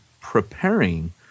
preparing